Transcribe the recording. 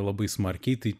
labai smarkiai tai